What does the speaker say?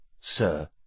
Sir